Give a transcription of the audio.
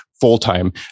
full-time